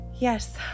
Yes